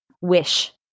Wish